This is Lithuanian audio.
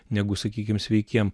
negu sakykim sveikiem